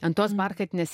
ant tos barchatinės